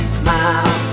smile